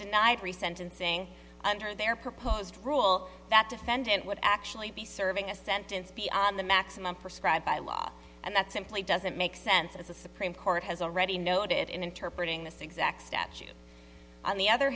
denied free sentencing under their proposed rule that defendant would actually be serving a sentence be on the maximum prescribed by law and that simply doesn't make sense as a supreme court has already noted interpret in th